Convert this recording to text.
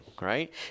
Right